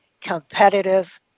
competitive